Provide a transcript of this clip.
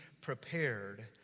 prepared